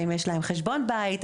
האם יש להם חשבון בית.